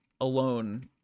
alone